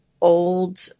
old